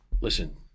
Listen